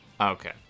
Okay